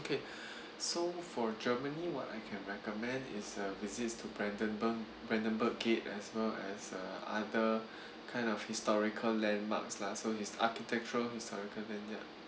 okay so for germany what I can recommend is uh visits to brandenburg brandenburg gate as well as uh other kind of historical landmarks lah so is architectural historical landmark